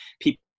People